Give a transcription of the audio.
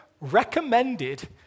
recommended